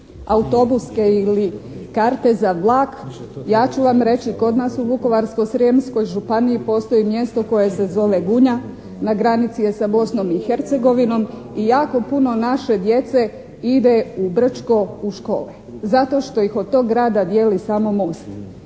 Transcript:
autobuske ili karte za vlak, ja ću vam reći. Kod nas u Vukovarsko-srijemskoj županiji postoji mjesto koje se zove Gunja, na granici je sa Bosnom i Hercegovinom i jako puno naše djece ide u Brčko u škole. Zato što ih od tog grada dijeli samo most.